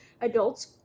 adults